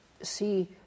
see